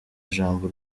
ijambo